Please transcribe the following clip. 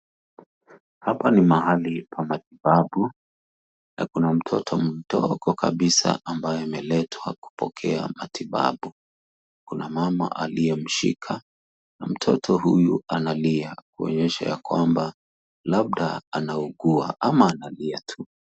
Hapa ni mahali pa matibabu, na kuna mtoto mdogo kabisa ambaye ameletwa kupokea matibabu. Kuna mama aliyemshika na mtoto huyu analia kuonyesha ya kwamba labda anaugua ama analia tu.